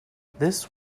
this